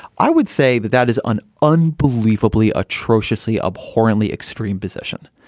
i would say that that is an unbelievably atrociously abhorrently extreme position.